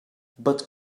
but